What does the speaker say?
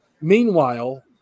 meanwhile